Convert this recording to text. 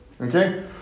Okay